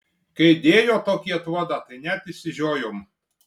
kai dėjo tokį atvodą tai net išsižiojom